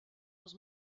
els